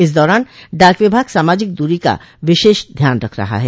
इस दौरान डाक विभाग सामाजिक दूरी का विशेष ध्यान रख रहा है